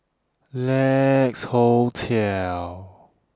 Lex Hotel